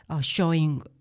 showing